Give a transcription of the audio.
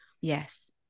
Yes